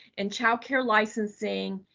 and child care licensing,